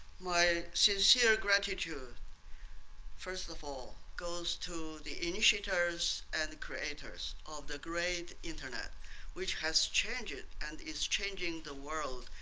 my sincere gratitude first of of all goes to the initiators and creators of the great internet which has changed and is changing the world,